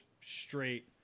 straight –